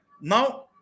Now